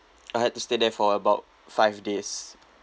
I had to stay there for about five days